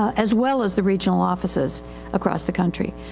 as well as the regional offices across the country.